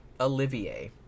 Olivier